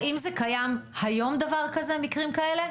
האם זה קיים היום מקרים כאלה?